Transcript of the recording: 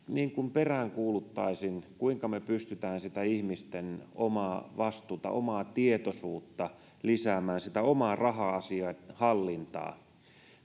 peräänkuuluttaisin kuinka me pystymme sitä ihmisten omaa vastuuta omaa tietoisuutta lisäämään sitä omaa raha asiain hallintaa